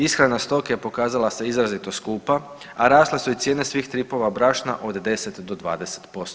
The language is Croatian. Ishrana stoke pokazala se izrazito skupa, a rasle su i cijene svih tipova brašna od 10 do 20%